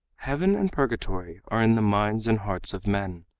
heaven and purgatory are in the minds and hearts of men.